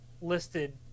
listed